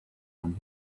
and